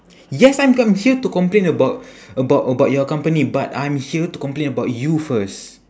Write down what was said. yes I'm I'm here to complain about about about your company but I'm here to complain about you first